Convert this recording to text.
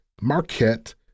Marquette